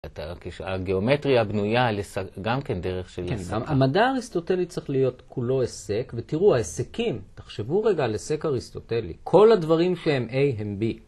הגיאומטריה בנויה, גם כן דרך של מדע אריסטוטלי צריך להיות כולו עסק, ותראו ההסקים, תחשבו רגע על הסק אריסטוטלי, כל הדברים שהם A הם B.